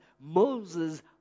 Moses